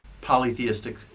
polytheistic